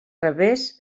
revés